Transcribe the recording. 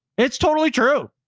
it's totally true.